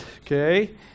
okay